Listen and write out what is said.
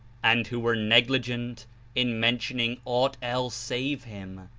and who were negligent in mentioning aught else save him,